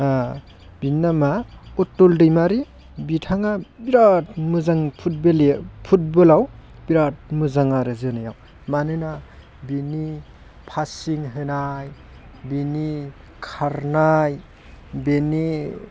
बिनि नामआ उत्तल दैमारि बिथाङा बिरात मोजां फुटबल गेलेयो फुटबलाव बिरात मोजां आरो जोनायाव मानोना बिनि पासिं होनाय बिनि खारनाय बिनि